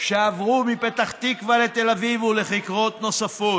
שעברו מפתח תקווה לתל אביב ולכיכרות נוספות,